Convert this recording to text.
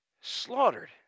Slaughtered